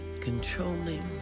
controlling